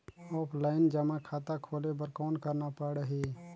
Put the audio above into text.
Offline जमा खाता खोले बर कौन करना पड़ही?